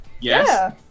Yes